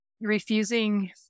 refusing